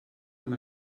amb